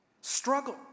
Struggle